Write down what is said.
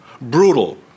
brutal